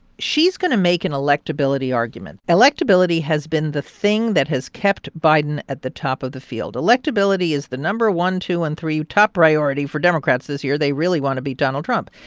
she's going to make an electability argument. electability has been the thing that has kept biden at the top of the field. electability is the no. one, two and three top priority for democrats this year. they really want to beat donald trump.